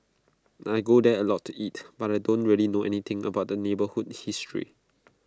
I go there A lot to eat but I don't really know anything about the neighbourhood's history